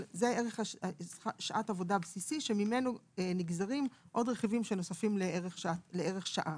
אבל זה ערך שעת עבודה בסיסי שממנו נגזרים עוד רכיבים שנוספים לערך שעה.